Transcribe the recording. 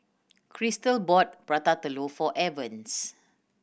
Cristal bought Prata Telur for Evans